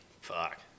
Fuck